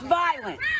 violent